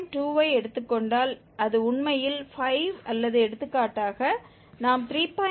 2 ஐ எடுத்துக்கொண்டால் அது உண்மையில் 5 அல்லது எடுத்துக்காட்டாக நாம் 3